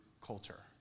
culture